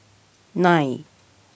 nine